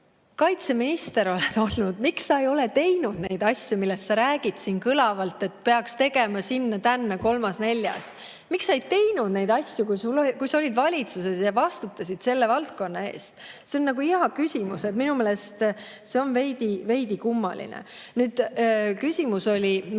kaitseminister olnud, miks sa ei ole teinud neid asju, millest sa siin kõlavalt räägid, et peaks tegema seda ja teist ja kolmandat-neljandat? Miks sa ei teinud neid asju, kui sa olid valitsuses ja vastutasid selle valdkonna eest? See on hea küsimus. Minu meelest see on veidi kummaline. Nüüd, küsimus oli,